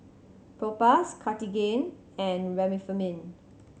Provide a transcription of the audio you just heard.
Propass Cartigain and Remifemin